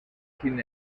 sin